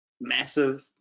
massive